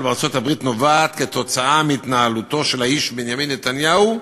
בארצות-הברית נובע מהתנהלותו של האיש בנימין נתניהו,